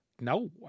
No